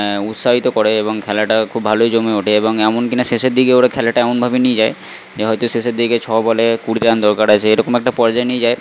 উৎসাহিত করে এবং খেলাটা খুব ভালোই জমে ওঠে এবং এমনকি না শেষের দিকে ওরা খেলাটা এমনভাবে নিয়ে যায় যে হয়তো শেষের দিকে ছ বলে কুড়িটা রান দরকার হয় সে এরকম একটা পর্যায়ে নিয়ে যায়